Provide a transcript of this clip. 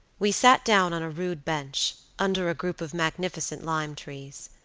we sat down on a rude bench, under a group of magnificent lime trees.